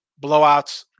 Blowouts